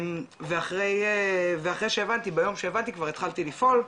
ואחרי שהבנתי ביום שהבנתי כבר התחלתי לפעול,